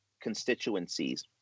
constituencies